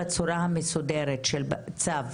בצורה המסודרת של צו